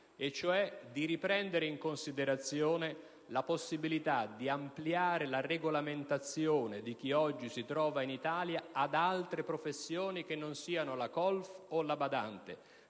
e cioè di riprendere in considerazione la possibilità di ampliare la regolamentazione di chi oggi si trova in Italia ad altre professioni che non siano la colf o la badante.